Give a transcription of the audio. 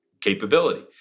capability